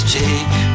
take